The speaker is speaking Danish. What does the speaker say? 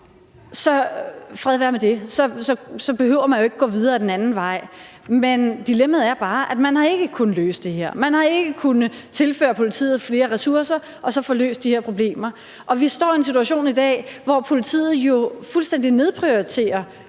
så fred være med det, for så behøver man ikke gå videre ad den anden vej. Men dilemmaet er bare, at man ikke har kunnet løse det her, man har ikke kunnet tilføre politiet flere ressourcer og få løst de her problemer, og vi står i en situation i dag, hvor politiet fuldstændig nedprioriterer